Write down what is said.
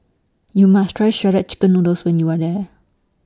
YOU must Try Shredded Chicken Noodles when YOU Are There